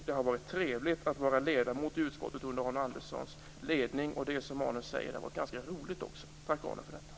Det har varit trevligt att vara ledamot i utskottet under Arne Anderssons ledning. Det har, som Arne Andersson säger, varit ganska roligt också. Tack för detta, Arne!